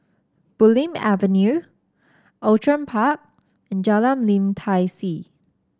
Bulim Avenue Outram Park and Jalan Lim Tai See